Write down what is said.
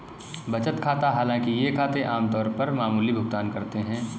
बचत खाता हालांकि ये खाते आम तौर पर मामूली भुगतान करते है